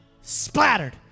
splattered